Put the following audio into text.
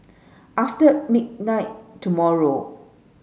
after midnight tomorrow